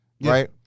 right